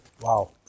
Wow